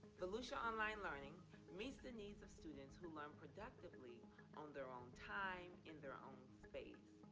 volusia online learning meets the needs of students who learn productively on their own time, in their own space.